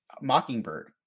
Mockingbird